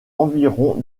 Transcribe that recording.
environ